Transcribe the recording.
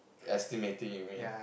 estimating you mean